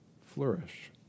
flourish